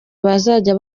bazajya